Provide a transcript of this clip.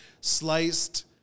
sliced